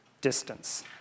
distance